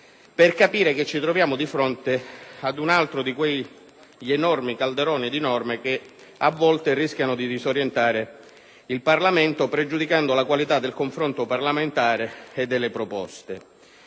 per capire che ci troviamo di fronte ad un altro di quei calderoni di norme che, a volte, rischiano di disorientare il Parlamento, pregiudicando la qualità del confronto parlamentare e delle proposte